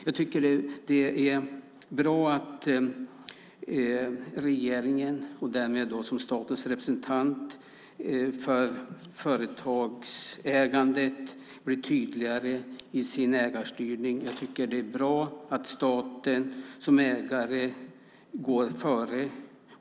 Jag tycker att det är bra att regeringen som statens representant för företagsägandet blir tydligare i sin ägarstyrning. Det är bra att staten som ägare går före.